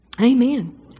Amen